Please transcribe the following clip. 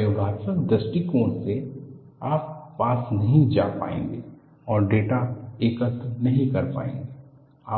प्रयोगात्मक दृष्टिकोण से आप पास नहीं जा पाएंगे और डेटा एकत्र नहीं कर पाएंगे